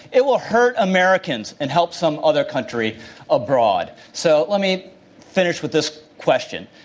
it will hurt americans and help some other country abroad. so, let me finish with this question.